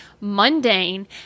mundane